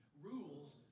Rules